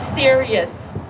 serious